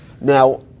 Now